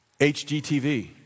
HGTV